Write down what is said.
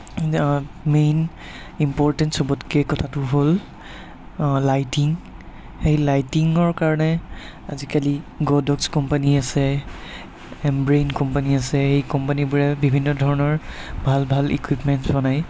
main important চবতকৈ কথাটো হ'ল লাইটিং সেই লাইটিঙৰ কাৰণে আজিকালি গ'ডকছ কোম্পানী আছে এমব্ৰেইন কোম্পানী আছে সেই কোম্পানীবোৰে বিভিন্ন ধৰণৰ ভাল ভাল ইকুইপমেণ্টছ বনায়